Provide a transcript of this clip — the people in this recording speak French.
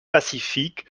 pacifique